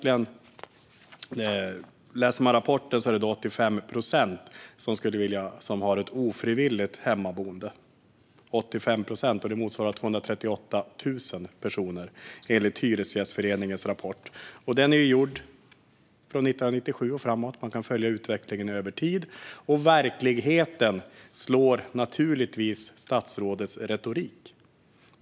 I rapporten står det att 85 procent har ett ofrivilligt hemmaboende. 85 procent motsvarar 238 000 personer, enligt Hyresgästföreningens rapport som har gjorts från 1997 och framåt. Man kan följa utvecklingen över tid. Och verkligheten slår statsrådets retorik.